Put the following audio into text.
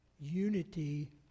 unity